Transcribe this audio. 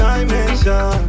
Dimension